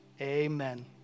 Amen